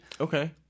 Okay